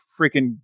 freaking